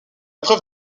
preuve